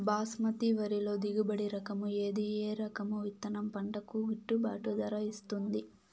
బాస్మతి వరిలో దిగుబడి రకము ఏది ఏ రకము విత్తనం పంటకు గిట్టుబాటు ధర ఇస్తుంది